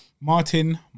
Martin